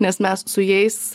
nes mes su jais